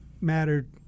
mattered